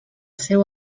seu